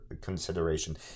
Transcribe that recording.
consideration